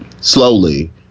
slowly